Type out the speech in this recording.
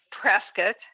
Prescott